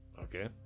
Okay